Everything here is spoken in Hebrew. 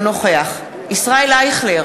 אינו נוכח ישראל אייכלר,